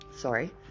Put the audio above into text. Sorry